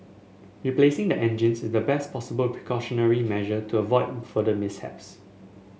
replacing the engines is the best possible precautionary measure to avoid further mishaps